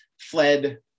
fled